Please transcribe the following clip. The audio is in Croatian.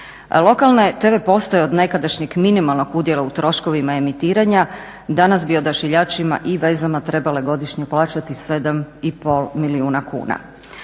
Lokalne TV postaje od nekadašnjeg minimalnog udjela u troškovima emitiranja danas bi Odašiljačima i vezama trebale godišnje plaćati 7,5 milijuna kuna.